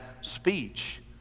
speech